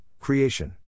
creation